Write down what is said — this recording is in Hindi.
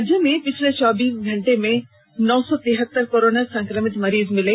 राज्य में पिछले चौबीस घंटे में नौ सौ तिहत्तर कोरोना संक्रमित मरीज मिले